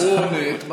הוא עונה את מה,